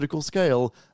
scale